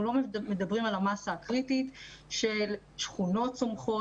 אנחנו לא מדברים על המסה הקריטית של שכונות צומחות